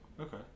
Okay